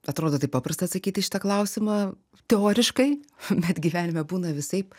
atrodo taip paprasta atsakyt į šitą klausimą teoriškai bet gyvenime būna visaip